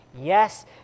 Yes